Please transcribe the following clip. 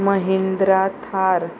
Mahindra Thar